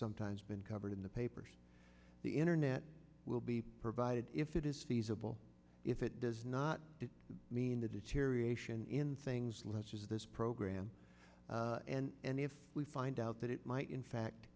sometimes been covered in the papers the internet will be provided if it is feasible if it does not mean the deterioration in things let's use this program and if we find out that it might in fact